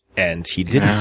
and he didn't.